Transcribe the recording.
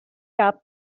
got